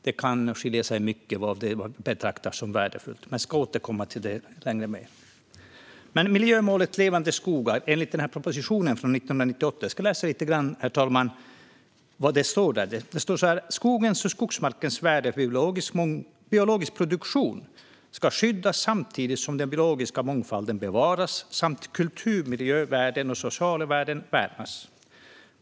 Det kan skilja mycket i fråga om vad de betraktar som värdefullt, men jag ska återkomma till det längre fram. Sedan är det miljömålet Levande skogar, enligt propositionen från 1998. Jag ska läsa lite grann, herr talman, vad som står där: Skogens och skogsmarkens värde för biologisk produktion ska skyddas samtidigt som den biologiska mångfalden bevaras samt kulturmiljövärden och sociala värden värnas.